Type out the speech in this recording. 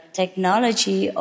technology